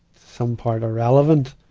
some part irrelevant.